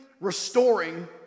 restoring